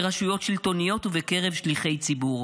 ברשויות שלטוניות ובקרב שליחי ציבור,